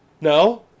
No